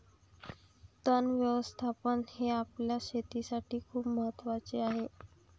तण व्यवस्थापन हे आपल्या शेतीसाठी खूप महत्वाचे आहे